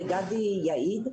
וגדי יעיד,